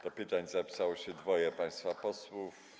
Do pytań zapisało się dwoje państwa posłów.